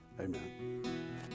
Amen